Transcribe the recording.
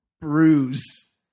bruise